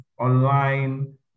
online